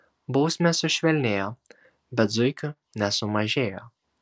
bausmės sušvelnėjo bet zuikių nesumažėjo